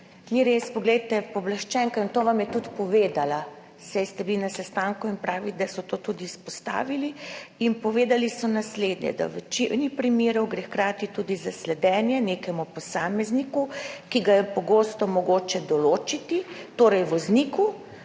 Ni res. Poglejte, pooblaščenka vam je tudi povedala, saj ste bili na sestanku, da so to tudi izpostavili in povedali so naslednje, da gre v večini primerov hkrati tudi za sledenje nekemu posamezniku, ki ga je pogosto mogoče določiti, torej vozniku,